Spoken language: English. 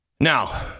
Now